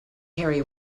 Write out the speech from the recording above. carry